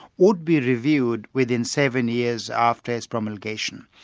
would be reviewed within seven years after its promulgation.